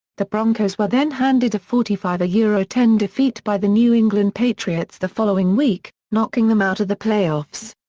the broncos were then handed a forty five ah ten defeat by the new england patriots the following week, knocking them out of the playoffs.